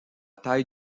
taille